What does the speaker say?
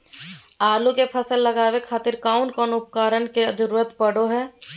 आलू के फसल लगावे खातिर कौन कौन उपकरण के जरूरत पढ़ो हाय?